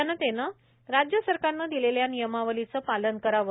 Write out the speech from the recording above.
जनतेने राज्यसरकारने दिलेल्या नियमावलीचे पालन करावे